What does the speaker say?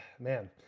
man